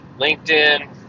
LinkedIn